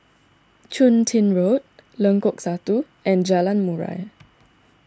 Chun Tin Road Lengkok Satu and Jalan Murai